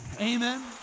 amen